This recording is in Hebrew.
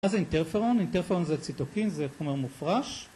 מה זה אינטרפרון? אינטרפרון זה ציטוקין, זה איך אומר מופרש